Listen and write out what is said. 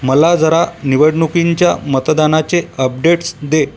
मला जरा निवडणुकांच्या मतदानाचे अपडेट्स दे